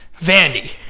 Vandy